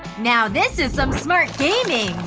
now, this is some smart gaming!